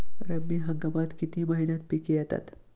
रब्बी हंगामात किती महिन्यांत पिके येतात?